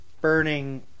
burning